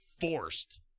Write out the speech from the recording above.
forced